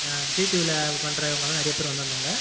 விஜய் டீவியில் பண்ணுறவங்களா நிறைய பேரு வந்துருந்தாங்க